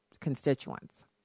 constituents